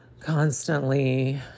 constantly